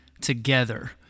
together